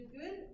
good